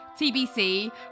tbc